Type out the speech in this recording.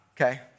okay